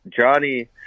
johnny